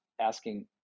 asking